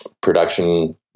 production